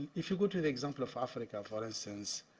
if you go to the example of africa, for instance,